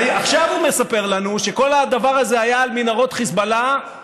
עכשיו הוא מספר לנו שכל הדבר הזה היה על מנהרות חיזבאללה,